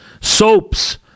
soaps